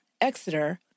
Exeter